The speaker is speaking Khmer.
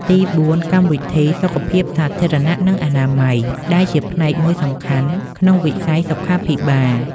ទីបួន កម្មវិធីសុខភាពសាធារណៈ និងអនាម័យ ដែលជាផ្នែកមួយសំខាន់ក្នុងវិស័យសុខាភិបាល។